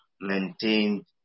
maintained